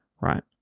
right